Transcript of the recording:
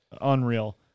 Unreal